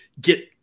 get